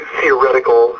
theoretical